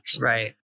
Right